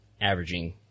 averaging